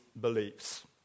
beliefs